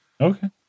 Okay